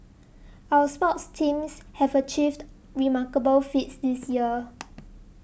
our sports teams have achieved remarkable feats this year